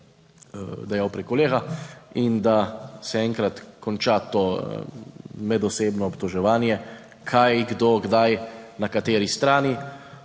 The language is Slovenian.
dejal prej kolega, in da se enkrat konča to medosebno obtoževanje, kaj, kdo, kdaj, na kateri strani.